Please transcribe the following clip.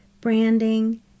branding